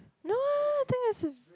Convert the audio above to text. no that's his